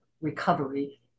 recovery